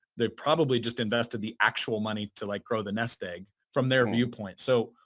they probably just invested the actual money to like grow the nest egg from their viewpoint. so,